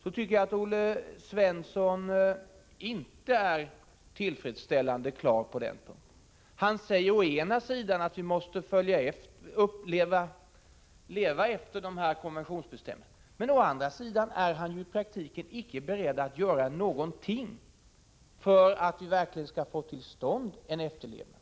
Å ena sidan säger han att vi måste efterleva konventionsbestämmelserna, men å andra sidan är han i praktiken icke beredd att göra någonting för att vi verkligen skall få till stånd en efterlevnad.